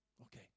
Okay